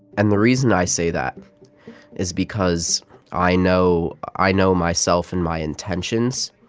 and the reason i say that is because i know i know myself and my intentions.